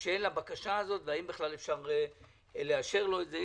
של הבקשה הזאת, והאם בכלל אפשר לאשר לו את זה.